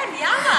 כן, יאללה.